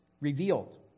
revealed